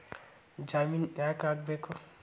ಜಾಮಿನ್ ಯಾಕ್ ಆಗ್ಬೇಕು?